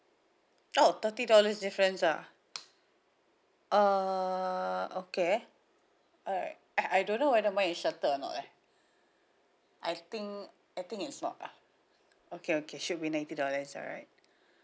oh thirty dollars difference ah err okay alright eh I don't know whether mine is settled or not eh I think I think it's not ah okay okay should be ninety dollars alright